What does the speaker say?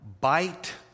bite